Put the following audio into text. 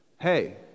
Hey